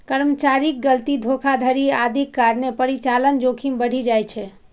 कर्मचारीक गलती, धोखाधड़ी आदिक कारणें परिचालन जोखिम बढ़ि जाइ छै